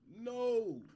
No